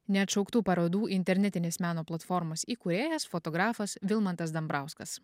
neatšauktų parodų internetinės meno platformos įkūrėjas fotografas vilmantas dambrauskas